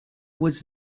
was